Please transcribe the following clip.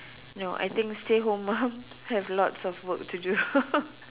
no I think stay home mums have lots of work to do